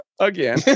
Again